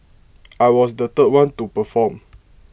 I was the third one to perform